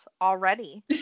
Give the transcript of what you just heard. already